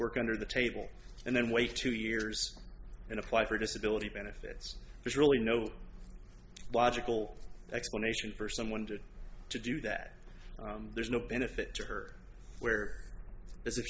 work under the table and then wait two years and apply for disability benefits there's really no logical explanation for someone to to do that there's no benefit